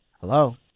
Hello